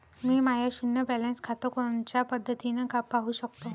मी माय शुन्य बॅलन्स खातं कोनच्या पद्धतीनं पाहू शकतो?